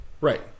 Right